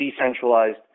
decentralized